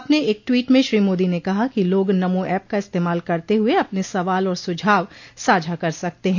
अपने एक ट्वीट में श्री मोदी ने कहा कि लोग नमो एप का इस्तेमाल करते हुए अपने सवाल और सुझाव साझा कर सकते हैं